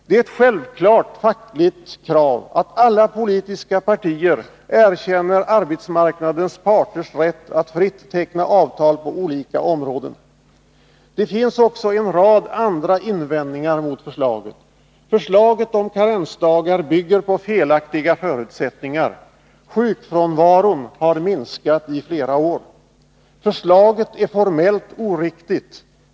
Det är ett självklart fackligt krav att alla politiska partier erkänner arbetsmarknadens parters rätt att fritt teckna avtal på olika områden. Det finns också en rad andra invändningar mot förslaget: Förslaget om karensdagar bygger på felaktiga förutsättningar. Sjukfrånvaron har minskat i flera år. Förslaget är formellt oriktigt.